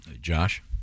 josh